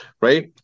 Right